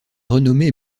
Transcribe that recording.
renommé